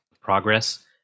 progress